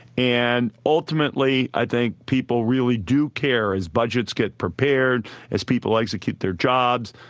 and ultimately, i think people really do care as budgets get prepared, as people like to keep their jobs.